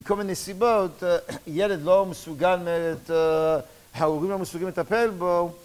במקום הנסיבות, ילד לא מסוגל מאת ההורים המסוגלים לטפל בו